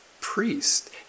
priest